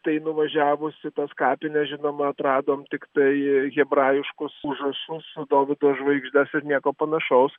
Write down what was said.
tai nuvažiavus į tas kapines žinoma atradom tiktai hebrajiškus užrašus su dovydo žvaigždes ir nieko panašaus